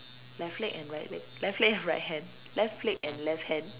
left leg and right leg left leg and right hand left leg and left hand